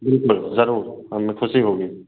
बिल्कुल ज़रूर हमें ख़ुशी होगी